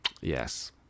Yes